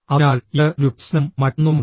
അതിനാൽ ഇത് ഒരു പ്രശ്നവും മറ്റൊന്നുമാണ്